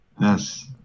Yes